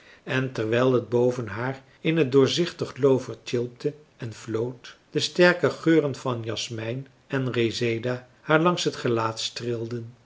en terwijl het boven haar in het doorzichtig loover tjilpte en floot de sterke geuren van jasmijn en reseda haar langs het gelaat streelden